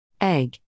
Egg